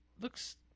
looks